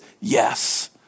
Yes